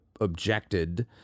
objected